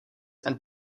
and